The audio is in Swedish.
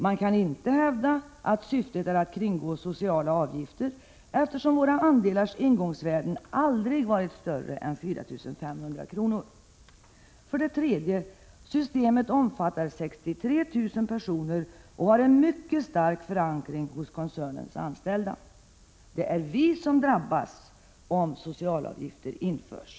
Man kan inte hävda att syftet är att kringgå sociala avgifter, eftersom deras andelars ingångsvärde aldrig varit större än 4 500 kr. 3. Systemet omfattar 63 000 personer och har en mycket stark förankring hos koncernens anställda. Det är dessa som drabbas om socialavgifter införs.